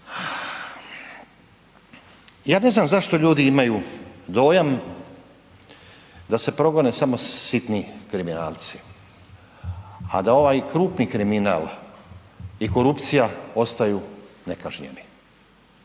Ja ne znam zašto ljudi imaju dojam da se progone samo sitni kriminalci, a da ovaj krupni kriminal i korupcija ostaju nekažnjeni.